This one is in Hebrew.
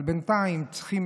אבל בינתיים צריכים,